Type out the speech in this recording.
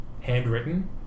Handwritten